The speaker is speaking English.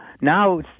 now